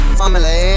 family